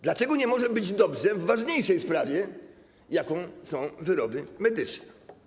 Dlaczego nie może być dobrze w ważniejszej sprawie, jaką są wyroby medyczne?